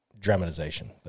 dramatization